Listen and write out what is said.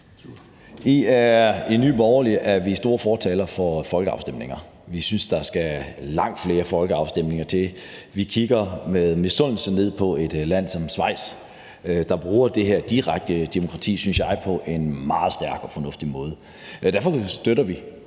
Vi i Nye Borgerlige er store fortalere for folkeafstemninger. Vi synes, at der skal langt flere folkeafstemninger til. Vi kigger med misundelse på et land som Schweiz, der bruger det her direkte demokrati på en, synes jeg, meget stærk og fornuftig måde. Derfor støtter vi